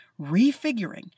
refiguring